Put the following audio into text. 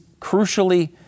crucially